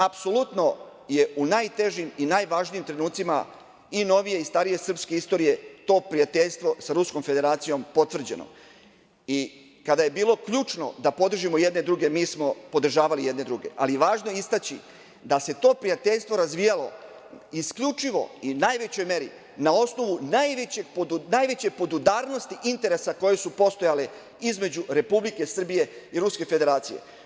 Apsolutno je u najtežim i najvažnijim trenucima i novije i starije srpske istorije to prijateljstvo sa Ruskom Federacijom potvrđeno i kada je bilo ključno da podržimo jedne druge, mi smo podržavali jedni druge, ali važno je istaći da se to prijateljstvo razvijalo isključivo i najvećoj meri na osnovu najveće podudarnosti interesa koje su postojale između Republike Srbije i Ruske Federacije.